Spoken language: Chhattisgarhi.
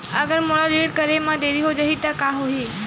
अगर मोला ऋण करे म देरी हो जाहि त का होही?